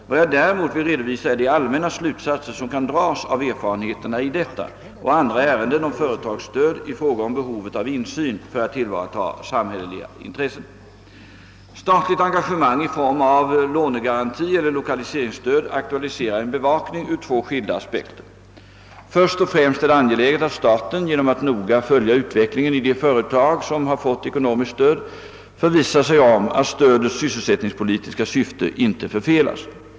Vad jag däremot vill redovisa är de allmänna slutsatser som kan dras av erfarenheterna i detta och andra ärenden om fö retagsstöd i fråga om behovet av insyn för att tillvarata samhälleliga intressen. Statligt engagemang i form av lånegaranti eller lokaliseringsstöd aktualiserar en bevakning ur två skilda aspekter. Först och främst är det angeläget att staten genom att noga följa utvecklingen i de företag som har fått ekonomiskt stöd förvissar sig om att stödets sysselsättningspolitiska syfte inte förfelas.